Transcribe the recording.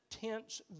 tense